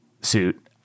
suit